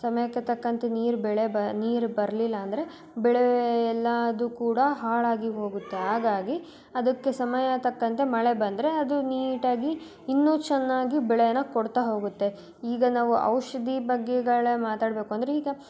ಸಮಯಕ್ಕೆ ತಕ್ಕಂತೆ ನೀರು ಬೆಳೆ ಬ ನೀರು ಬರಲಿಲ್ಲ ಅಂದರೆ ಬೆಳೆ ಎಲ್ಲದು ಕೂಡ ಹಾಳಾಗಿ ಹೋಗುತ್ತೆ ಹಾಗಾಗಿ ಅದಕ್ಕೆ ಸಮಯ ತಕ್ಕಂತೆ ಮಳೆ ಬಂದರೆ ಅದು ನೀಟಾಗಿ ಇನ್ನೂ ಚೆನ್ನಾಗಿ ಬೆಳೆಯನ್ನು ಕೊಡ್ತಾ ಹೋಗುತ್ತೆ ಈಗ ನಾವು ಔಷಧಿ ಬಗ್ಗೆಗಳ ಮಾತಾಡಬೇಕೂಂದ್ರೆ ಈಗ